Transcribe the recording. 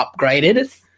upgraded